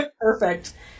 Perfect